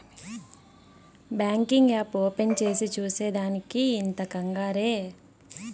banking app open చేసి చూసే దానికి ఇంత కంగారే